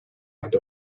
and